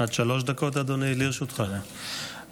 עד שלוש דקות לרשותך, אדוני.